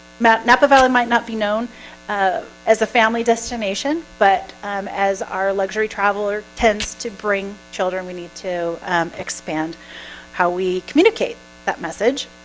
matt napa valley might not be known ah as a family destination but as our luxury traveler tends to bring children we need to expand how we communicate that message?